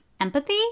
empathy